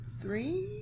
Three